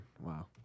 Wow